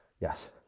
Yes